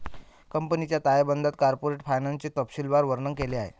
कंपनीच्या ताळेबंदात कॉर्पोरेट फायनान्सचे तपशीलवार वर्णन केले आहे